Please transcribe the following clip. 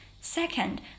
second